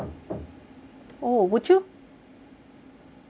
oh would you ya would you